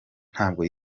ntabwo